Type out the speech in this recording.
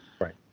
Right